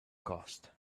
cast